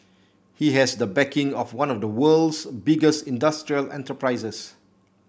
he has the backing of one of the world's biggest industrial enterprises